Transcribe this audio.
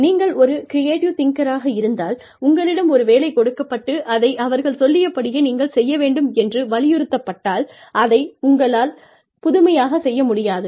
நீங்கள் ஒரு கிரியேட்டிவ் திங்க்கராக இருந்தால் உங்களிடம் ஒரு வேலை கொடுக்கப்பட்டு அதை அவர்கள் சொல்லிய படியே நீங்கள் செய்ய வேண்டும் என்று வலியுறுத்தப்பட்டால் அதை உங்களால் புதுமையாகச் செய்ய முடியாது